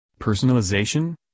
Personalization